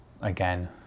again